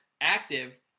active